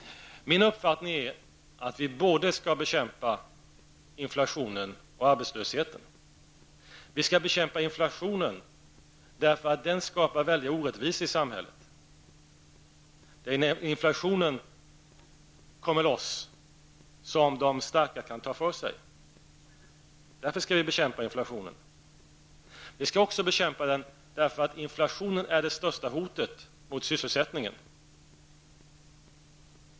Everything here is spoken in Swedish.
Min uppfattning är att vi skall bekämpa både inflationen och arbetslösheten. Vi skall bekämpa inflationen därför att den skapar väldiga orättvisor i samhället. Det är när inflationen ''kommer loss'' som de starka kan ta för sig. Därför skall vi bekämpa inflationen. Vi skall också bekämpa inflationen därför att den är det största hotet mot sysselsättningen.